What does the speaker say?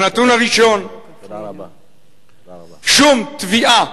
הנתון הראשון, שום תביעה